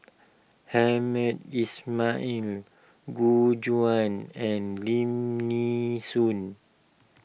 Hamed Ismail Gu Juan and Lim Nee Soon